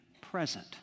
present